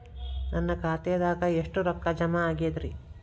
ನನ್ನ ಖಾತೆದಾಗ ಎಷ್ಟ ರೊಕ್ಕಾ ಜಮಾ ಆಗೇದ್ರಿ?